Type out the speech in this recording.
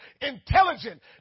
intelligent